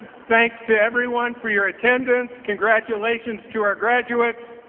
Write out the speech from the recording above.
thanks to everyone for your attendance. congratulations to our graduates.